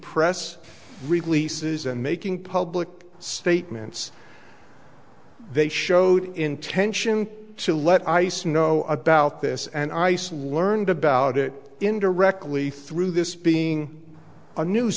releases and making public statements they showed intention to let ice know about this and i said learned about it indirectly through this being a new